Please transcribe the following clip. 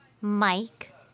Mike